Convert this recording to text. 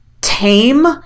tame